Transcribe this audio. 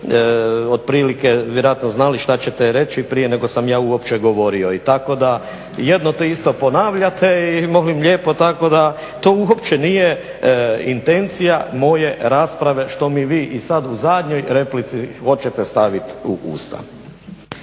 otprilike vjerojatno znali što ćete reći prije nego sam ja uopće govorio i tako da jedno te isto ponavljate i molim lijepo tako da to uopće nije intencija moje rasprave što mi vi i sada u zadnjoj replici hoćete staviti u usta.